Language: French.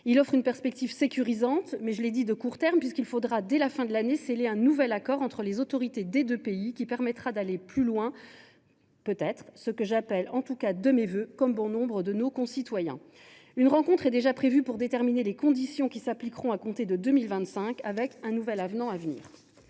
Il offre une perspective sécurisante, mais – je l’ai indiqué – de court terme, puisqu’il faudra dès la fin de l’année sceller un nouvel accord entre les autorités des deux pays, ce qui permettra peut être d’aller plus loin. Je l’appelle de mes vœux, comme bon nombre de mes concitoyens. Une rencontre est déjà prévue pour déterminer les conditions qui s’appliqueront à compter de 2025, avec un nouvel avenant à venir.